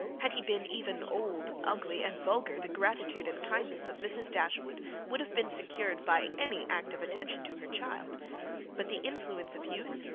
had he been even old, ugly, and vulgar, the gratitude and kindness of mrs. dashwood would have been secured by any act of attention to her child but the influence of youth,